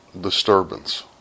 disturbance